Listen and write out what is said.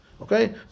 Okay